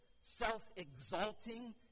self-exalting